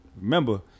remember